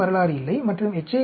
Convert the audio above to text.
யின் வரலாறு இல்லை மற்றும் எச்